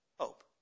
Hope